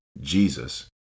Jesus